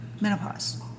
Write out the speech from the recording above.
menopause